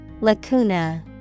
Lacuna